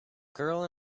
girl